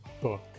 book